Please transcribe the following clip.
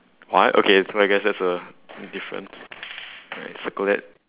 what okay so I guess that's a difference circle that